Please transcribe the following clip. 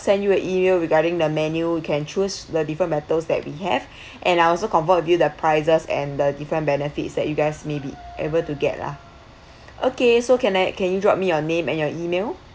send you an email regarding the menu you can choose the different bentos that we have and I also confirm with you the prices and the different benefits that you guys may be able to get lah okay so can I can you drop me your name and your email